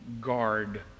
guard